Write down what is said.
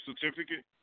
certificate